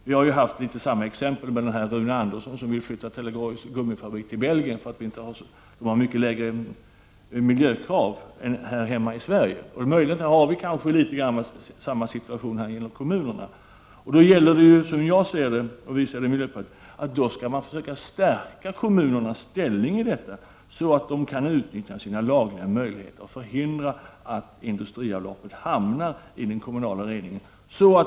Vi har ett exempel i Rune Andersson, som ville flytta Trelleborgs gummifabrik till Belgien, därför att man där har lägre miljökrav än här hemma i Sverige. Vi har litet av samma situation här när det gäller kommunerna. Då gäller det, som jag ser det, att försöka stärka kommunernas ställning så att de kan utnyttja sina lagliga möjligheter och förhindra att industrins utsläpp hamnar i den kommunala reningen.